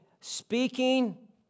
speaking